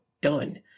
done